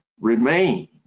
remain